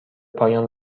پایان